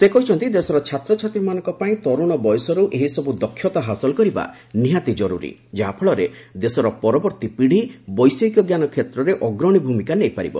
ସେ କହିଛନ୍ତି ଦେଶର ଛାତ୍ରଛାତ୍ରୀମାନଙ୍କ ପାଇଁ ତରୁଣ ବୟସରୁ ଏହିସବୁ ଦକ୍ଷତା ହାସଲ କରିବା ନିହାତି କରୁରୀ ଯାହାଫଳରେ ଦେଶର ପରବର୍ତ୍ତୀ ପିଢ଼ି ବୈଷୟିକଞ୍ଜାନ କ୍ଷେତ୍ରରେ ଅଗ୍ରଣୀ ଭୂମିକା ନେଇପାରିବ